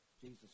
Jesus